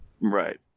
right